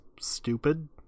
stupid